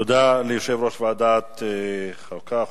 תודה ליושב-ראש ועדת החוקה,